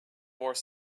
more